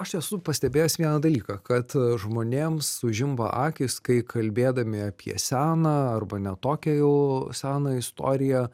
aš esu pastebėjęs vieną dalyką kad žmonėm sužimba akys kai kalbėdami apie seną arba ne tokią jau seną istoriją